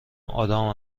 آدام